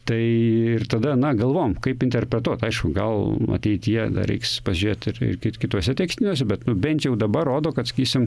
tai ir tada na galvojoe kaip interpretuot aišku gal ateityje dar reiks pažiūrėi ir ir kituose tekstynuose bet nu bent jau dabar rodo kad sakysim